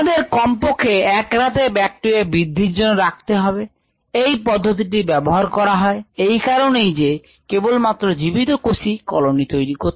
আমাদেরকে কমপক্ষে এক রাতে ব্যাকটেরিয়া বৃদ্ধির জন্য রাখতে হবে এই পদ্ধতিটি ব্যবহার হয় এই কারণেই যে কেবলমাত্র জীবিত কোষই কলোনি তৈরি করে